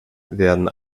werden